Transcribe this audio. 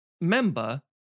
member